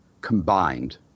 combined